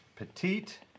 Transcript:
Petite